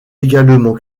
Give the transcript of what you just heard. également